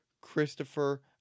Christopher